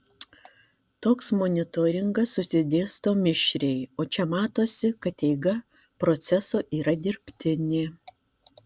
toks monitoringas susidėsto mišriai o čia matosi kad eiga proceso yra dirbtinė